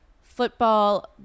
football